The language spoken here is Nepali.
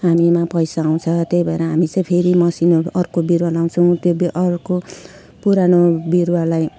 हामीमा पैसा आउँछ त्यही भएर हामी चाहिँ फेरि मसिनोहरू अर्को बिरुवा लगाउँछौँ त्यो अर्को पुरानो बिरुवालाई